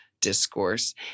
discourse